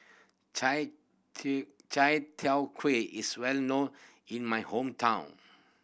Chai Chai Kuay is well known in my hometown